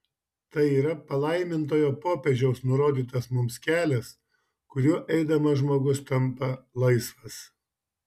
tai yra palaimintojo popiežiaus nurodytas mums kelias kuriuo eidamas žmogus tampa laisvas